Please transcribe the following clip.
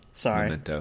Sorry